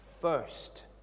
first